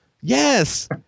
Yes